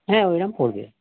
হ্যাঁ ওইরম পড়বে